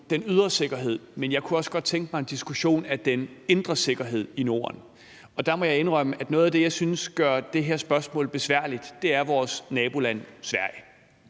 den ydre sikkerhed, men jeg kunne også godt tænke mig en diskussion af den indre sikkerhed i Norden. Og der må jeg indrømme, at noget af det, jeg synes gør det her spørgsmål besværligt, er vores naboland Sverige,